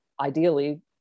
ideally